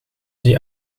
die